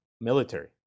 military